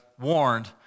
warned